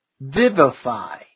Vivify